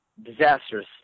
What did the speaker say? disastrous